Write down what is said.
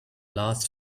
last